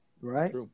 Right